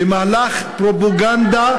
במהלך פרופגנדה,